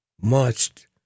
marched